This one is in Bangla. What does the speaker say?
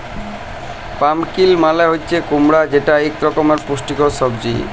পাম্পকিল মালে হছে কুমড়া যেট ইক রকমের পুষ্টিকর সবজি